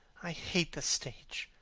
i hate the stage.